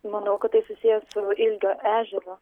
manau kad tai susiję su ilgio ežeru